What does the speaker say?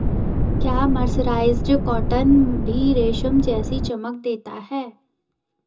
क्या mercerised cotton भी रेशम जैसी चमक देता है?